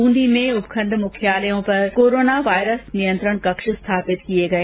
बूंदी में उप खण्ड मुख्यालयों में कोराना वाइरस नियंत्रण कक्ष स्थापित किए गए